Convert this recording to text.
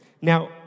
Now